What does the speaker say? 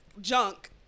junk